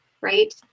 right